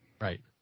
Right